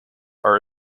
are